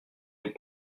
les